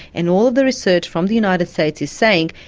and all of the research from the united states is saying,